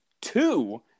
two